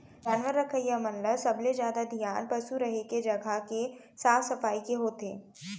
जानवर रखइया मन ल सबले जादा धियान पसु रहें के जघा के साफ सफई के होथे